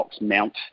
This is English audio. mount